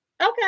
Okay